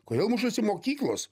kodėl mušasi mokyklos